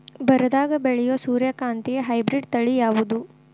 ಬರದಾಗ ಬೆಳೆಯೋ ಸೂರ್ಯಕಾಂತಿ ಹೈಬ್ರಿಡ್ ತಳಿ ಯಾವುದು?